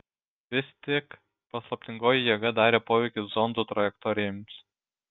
vis tik paslaptingoji jėga darė poveikį zondų trajektorijoms